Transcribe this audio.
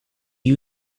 you